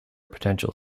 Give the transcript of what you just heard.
potential